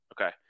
Okay